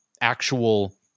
actual